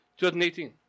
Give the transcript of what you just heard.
2018